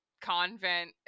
convent